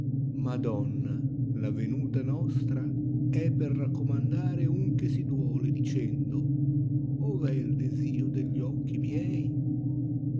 madonna la venuta nostr c per raccomandare un che si duole dicendo ove è desio degli occhi miei